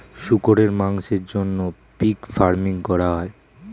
শুকরের মাংসের জন্য পিগ ফার্মিং করা হয়